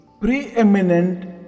preeminent